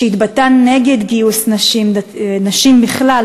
שהתבטא נגד גיוס נשים בכלל,